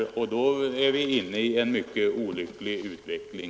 Då är vi inne i en mycket olycklig utveckling.